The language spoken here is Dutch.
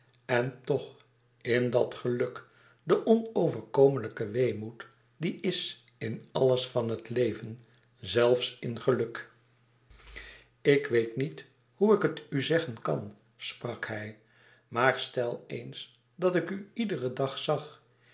en toch in dat geluk de onoverkomelijke weemoed die is in alles van het leven zelfs in geluk ik weet niet hoe ik het u zeggen kan sprak hij maar stel eens dat ik u iederen dag zag